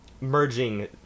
merging